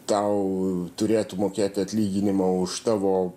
tau turėtų mokėti atlyginimą už tavo